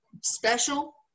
special